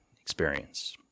experience